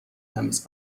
تمیز